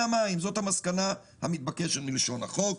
המים זו המסקנה המתבקשת מלשון החוק.